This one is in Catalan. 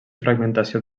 fragmentació